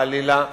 חלילה.